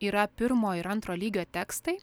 yra pirmo ir antro lygio tekstai